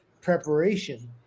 preparation